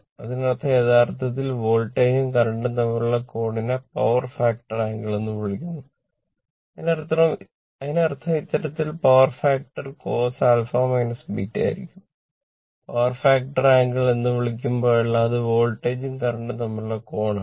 അതിനർത്ഥം യഥാർത്ഥത്തിൽ വോൾട്ടേജും കറന്റും തമ്മിലുള്ള കോണിനെ പവർ ഫാക്ടർ ആംഗിൾ എന്ന് വിളിക്കുമ്പോഴെല്ലാം അത് വോൾട്ടേജും കറന്റും തമ്മിലുള്ള കോണാണ്